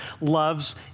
loves